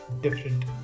different